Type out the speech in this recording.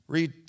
Read